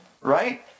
right